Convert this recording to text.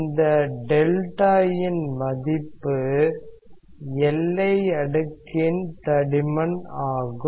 இந்த 𝛅 இன் மதிப்பு எல்லை அடுக்கின் தடிமன் ஆகும்